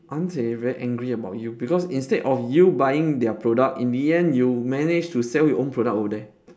aren't they very angry about you because instead of you buying their product in the end you managed to sell your own product over there